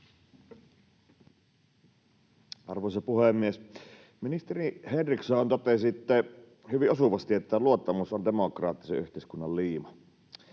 Arvoisa puhemies! Ministeri Henriksson, totesitte hyvin osuvasti, että luottamus on demokraattisen yhteiskunnan liima.